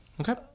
Okay